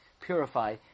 purify